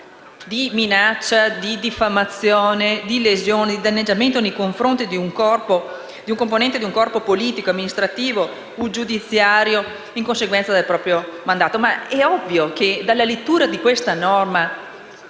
di minaccia, di diffamazione, di lesioni e di danneggiamento nei confronti di un componente di un corpo politico, amministrativo o giudiziario in conseguenza del proprio mandato. È ovvio che, nonostante l'esito della